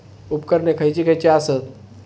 उपकरणे खैयची खैयची आसत?